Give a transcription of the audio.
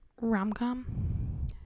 rom-com